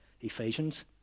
Ephesians